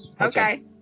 Okay